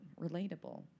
relatable